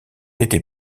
été